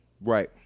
Right